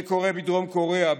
זה קורה בדרום קוריאה,